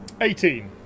Eighteen